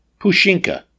Pushinka